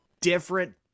different